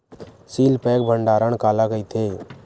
Seal pack भंडारण काला कइथे?